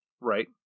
right